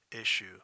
issue